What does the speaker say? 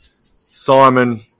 Simon